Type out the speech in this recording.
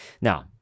Now